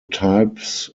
types